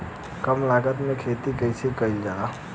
कम लागत में खेती कइसे कइल जाला?